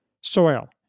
soil